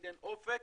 ייתן אופק